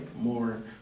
more